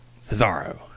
Cesaro